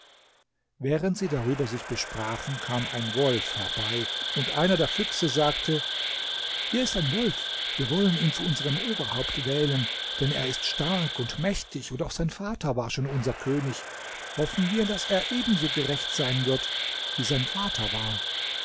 während sie darüber sich besprachen kam ein wolf herbei und einer der füchse sagte hier ist ein wolf wir wollen ihn zu unserem oberhaupt erwählen denn er ist stark und mächtig und auch sein vater war schon unser könig hoffen wir daß er ebenso gerecht sein wird wie sein vater war